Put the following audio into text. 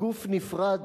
גוף נפרד,